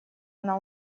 она